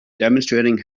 demonstrating